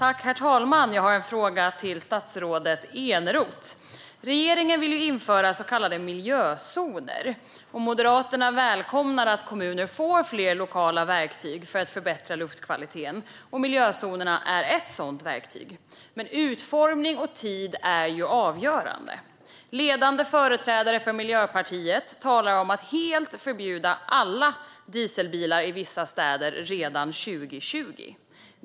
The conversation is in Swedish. Herr talman! Jag har en fråga till statsrådet Eneroth. Regeringen vill införa så kallade miljözoner, och Moderaterna välkomnar att kommuner får fler lokala verktyg för att förbättra luftkvaliteten. Miljözonerna är ett sådant verktyg, men utformning och tid är avgörande. Ledande företrädare för Miljöpartiet talar om att helt förbjuda alla dieselbilar i vissa städer redan 2020.